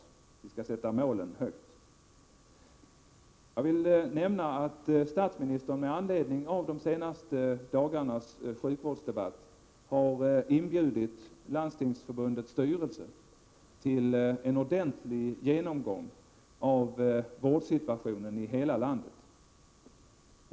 Vi skall sätta målen högt. Jag vill nämna att statsministern med anledning av de senaste dagarnas sjukvårdsdebatt har inbjudit Landstingsförbundets styrelse till en ordentlig genomgång av vårdsituationen i hela landet.